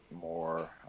more